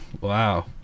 Wow